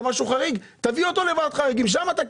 כאילו כולם טייקונים שרוצים להרוויח